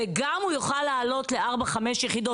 וגם הוא יוכל לעלות לארבע-חמש יחידת.